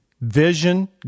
vision